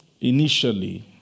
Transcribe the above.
initially